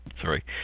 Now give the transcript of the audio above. Sorry